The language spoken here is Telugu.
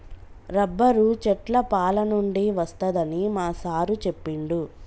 రబ్బరు చెట్ల పాలనుండి వస్తదని మా సారు చెప్పిండు